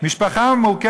מה שסגן השר לא אומר